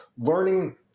learning